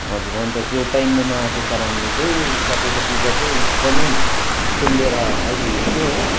हजुर अन्त त्यो टाइममा नआएको कारणले चाहिँ तपाईँको पिज्जा चाहिँ एकदमै सेलिएर आइपुगेको थियो हो